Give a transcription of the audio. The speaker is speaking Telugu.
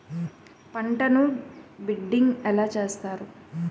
పంటను బిడ్డింగ్ ఎలా చేస్తారు?